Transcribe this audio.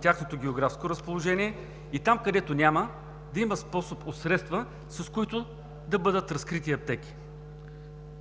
тяхното географско разположение и там, където няма, да има способ от средства, с които да бъдат разкрити аптеки.